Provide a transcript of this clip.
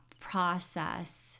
process